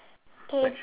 okay